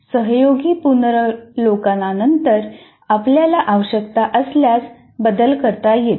सहयोगी पुनरावलोकनानंतर आपल्याला आवश्यकता असल्यास बदल करता येतो